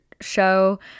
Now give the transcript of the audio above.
show